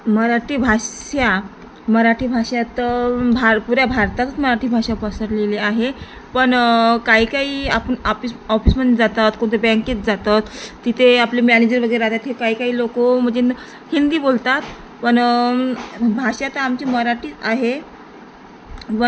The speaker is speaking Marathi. मराठी भाषा मराठी भाषा तर भार पुऱ्या भारतातच मराठी भाषा पसरलेली आहे पण काही काही आपण आफिस ऑफिसमध्ये जातात कोणत्या बँकेत जातात तिथे आपले मॅनेजर वगैरे राहातात ते काही काही लोक म्हणजे न हिंदी बोलतात पण भाषा तर आमची मराठी आहे पण